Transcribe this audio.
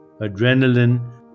Adrenaline